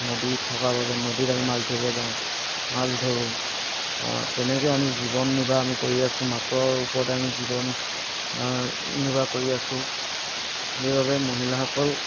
নদী থকাৰ বাবে নদীত আমি মাছ ধৰিব যাওঁ মাছ ধৰো তেনেকে আমি জীৱন নিৰ্বাহ আমি কৰি আছো মাছৰ ওপৰত আমি জীৱন নিৰ্বাহ কৰি আছোঁ সেইবাবে মহিলাসকল